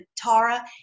Tara